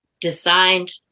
designed